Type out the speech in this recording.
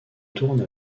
tourne